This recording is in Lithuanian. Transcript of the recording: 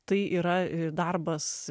tai yra darbas